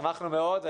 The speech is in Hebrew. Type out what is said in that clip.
שמחנו מאוד,